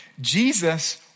Jesus